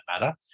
matter